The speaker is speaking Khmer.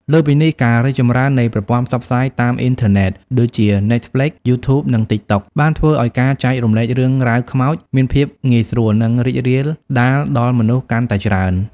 លើសពីនេះ ការរីកចម្រើននៃ ប្រព័ន្ធផ្សព្វផ្សាយតាមអ៊ីនធឺណិត ដូចជា Netflix, YouTube និង Tik Tok បានធ្វើឱ្យការចែករំលែករឿងរ៉ាវខ្មោចមានភាពងាយស្រួលនិងរីករាលដាលដល់មនុស្សកាន់តែច្រើន។